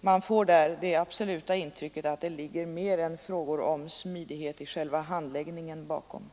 Man får det absoluta intrycket att det ligger mer än frågor om smidighet i själva handläggningen bakom.